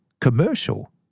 commercial